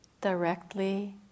directly